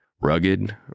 Rugged